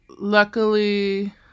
Luckily